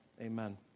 amen